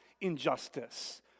injustice